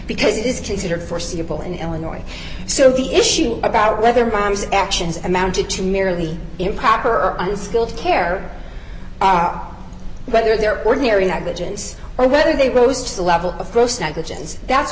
because it is considered foreseeable in illinois so the issue about whether mom's actions amounted to merely improper or unskilled care are whether they're ordinary negligence or whether they rose to the level of gross negligence that's